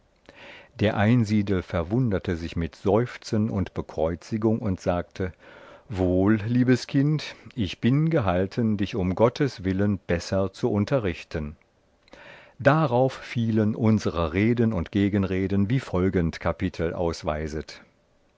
der einsiedel verwunderte sich mit seufzen und bekreuzigung und sagte wohl liebes kind ich bin gehalten dich um gottes willen besser zu unterrichten darauf fielen unsere reden und gegenreden wie folgend kapitel ausweiset